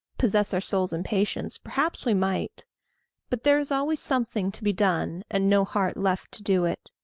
possess our souls in patience perhaps we might but there is always something to be done, and no heart left to do it.